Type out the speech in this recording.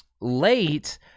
late